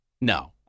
No